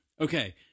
okay